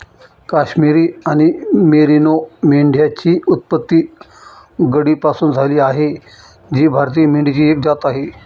काश्मिरी आणि मेरिनो मेंढ्यांची उत्पत्ती गड्डीपासून झाली आहे जी भारतीय मेंढीची एक जात आहे